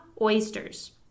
oysters